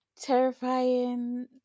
terrifying